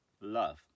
Love